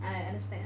I understand